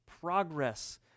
progress